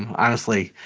honestly,